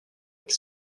avec